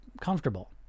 comfortable